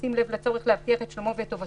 בשים לב לצורך להבטיח את שלומו ואת טובתו".